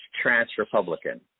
trans-Republican